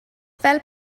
fel